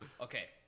Okay